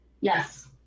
Yes